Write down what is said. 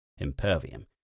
Impervium